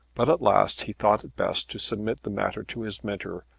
but at last he thought it best to submit the matter to his mentor,